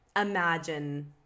imagine